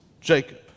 Jacob